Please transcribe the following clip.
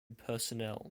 personnel